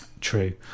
True